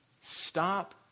stop